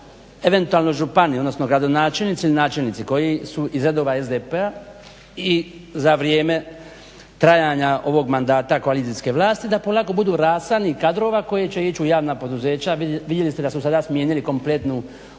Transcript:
eventualno župani odnosno gradonačelnici i načelnici koji su iz redova SDP-a i za vrijeme trajanja ovog mandata koalicijske vlasti da polako budu rasadnik kadrova koji će ići u javna poduzeća. Vidjeli ste da su sada smijenili kompletnu upravu